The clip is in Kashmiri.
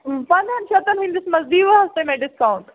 پنٛدہن شَتَن ہٕنٛدِس منٛز دِیِو حظ تُہۍ مےٚ ڈِسکاوُنٛٹ